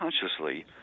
consciously